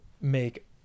make